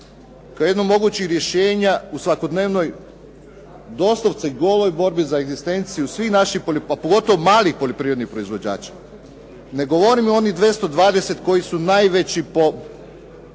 kao jedno od mogućih rješenja u svakodnevnoj, doslovce goloj borbi za egzistenciju svih naših, a pogotovo malih poljoprivrednih proizvođača. Ne govorim o onih 220 koji su najveći po